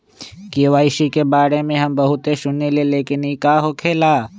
KYC के बारे में हम बहुत सुनीले लेकिन इ का होखेला?